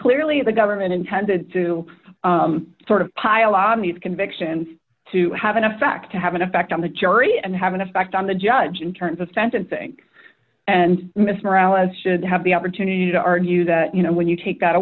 clearly the government intended to sort of pile on these convictions to have an effect to have an effect on the jury and have an effect on the judge in terms of sentencing and miss morales should have the opportunity to argue that you know when you take that